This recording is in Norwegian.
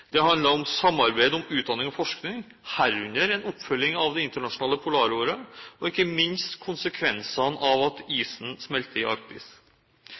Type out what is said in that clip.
Det handlet om samarbeid om utdanning og forskning, herunder en oppfølging av Det internasjonale polaråret, og ikke minst konsekvensene av at isen smelter i Arktis.